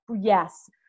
yes